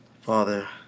Father